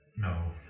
No